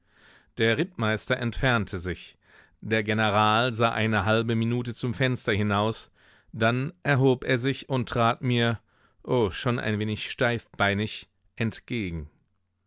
der rittmeister entfernte sich der general sah eine halbe minute zum fenster hinaus dann erhob er sich und trat mir o schon ein wenig steifbeinig entgegen